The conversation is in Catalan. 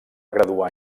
graduar